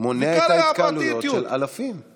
אולי יגיע הרגע שתוכלו לקבל אחריות על המעשים שלכם